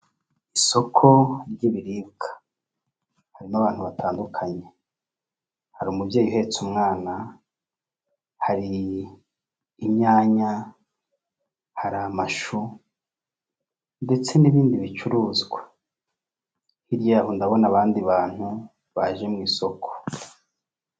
Abagabo bane harimo babiri bambaye imyenda y'umukara yambarwa n'abapolisi bo mu Rwanda hagati y'abo harimo umugabo wambaye ikanzu y'umweru n'ingofero y'umweru n'inkweto z'umukara, umeze nk'umunyabyaha ufite uruhu rwirabura bazwi nk'abazungu. Inyuma y'abo hari imodoka ifite amabara y'umweru, ubururu n'amatara y'umutuku n'ubururu impande y'imodoka hahagaze umugabo.